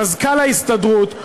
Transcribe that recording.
מזכ"ל ההסתדרות,